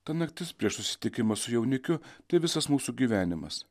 ta naktis prieš susitikimą su jaunikiu tai visas mūsų gyvenimas